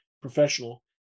professional